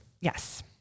yes